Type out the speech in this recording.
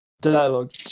dialogue